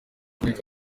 ukomeye